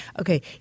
Okay